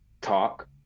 talk